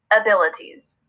abilities